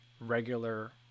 regular